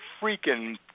freaking